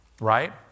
right